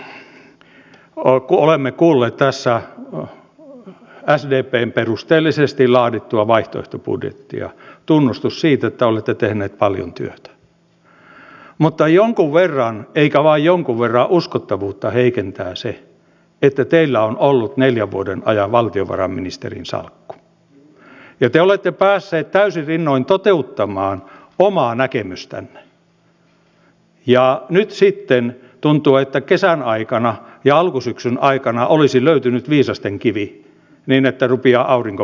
sitten kun olemme kuulleet tässä sdpn perusteellisesti laadittua vaihtoehtobudjettia niin tunnustus siitä että olette tehneet paljon työtä mutta jonkun verran eikä vain jonkun verran uskottavuutta heikentää se että teillä on ollut neljän vuoden ajan valtiovarainministerin salkku ja te olette päässeet täysin rinnoin toteuttamaan omaa näkemystänne ja nyt sitten tuntuu että kesän aikana ja alkusyksyn aikana olisi löytynyt viisastenkivi niin että rupeaa aurinko paistamaan